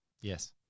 Yes